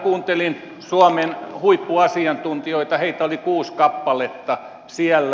kuuntelin suomen huippuasiantuntijoita heitä oli kuusi kappaletta siellä